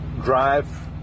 drive